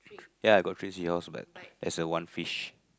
ya I got freeze yours but there is one fish